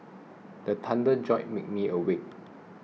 the thunder jolt me awake